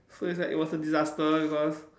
so it's like it was a disaster because